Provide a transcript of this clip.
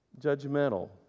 judgmental